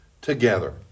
together